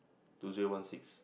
two zero one six